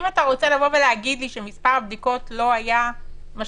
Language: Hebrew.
אם אתה רוצה להגיד לי שמספר הבדיקות לא היה משמעותי,